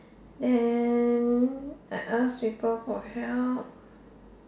and I ask people for help